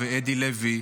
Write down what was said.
ואדי לוי,